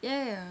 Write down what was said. ya ya